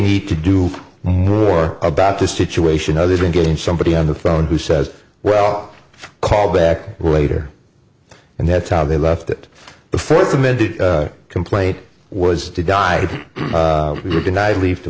need to do more about this situation other than getting somebody on the phone who says well call back later and that's how they left it before submitting complaint was to die denied leave to